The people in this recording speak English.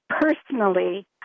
personally